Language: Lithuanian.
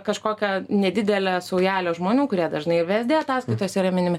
kažkokią nedidelę saujelę žmonių kurie dažnai vė es dė ataskaitose yra minimi